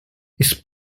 his